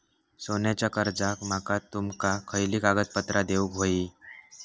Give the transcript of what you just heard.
सोन्याच्या कर्जाक माका तुमका खयली कागदपत्रा देऊक व्हयी?